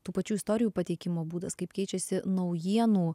tų pačių istorijų pateikimo būdas kaip keičiasi naujienų